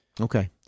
Okay